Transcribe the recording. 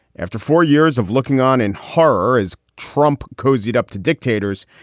after four years of looking on in horror as trump cozied up to dictators,